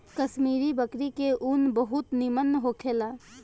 कश्मीरी बकरी के ऊन बहुत निमन होखेला